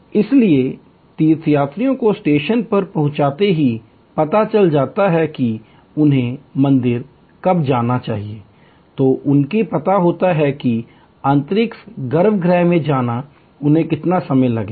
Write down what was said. इसलिए तीर्थयात्रियों को स्टेशन पर पहुंचते ही पता चल जाता है कि जब उन्हें मंदिर जाना चाहिए तो उन्हें पता होता है कि आंतरिक गर्भगृह में जाने में उन्हें कितना समय लगेगा